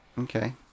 Okay